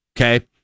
okay